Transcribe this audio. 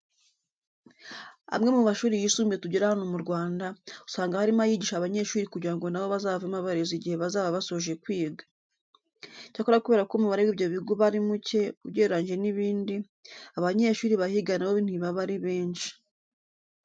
Amwe mu mashuri yisumbuye tugira hano mu Rwanda, usanga harimo ayigisha abanyeshuri kugira ngo na bo bazavemo abarezi igihe bazaba basoje kwiga. Icyakora kubera ko umubare w'ibyo bigo uba ari muke ugereranyije n'ibindi, abanyeshuri bahiga na bo ntibaba ari benshi.